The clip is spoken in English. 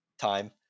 time